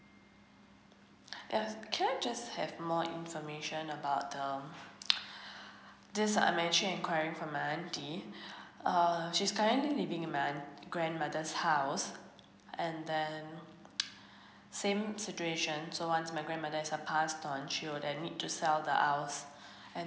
yeah can I just have more information about um just uh I'm actually enquiring for my aunty err she's currently living in my grandmother's house and then same situation so once my grandmother is pass on she will then need to sell the house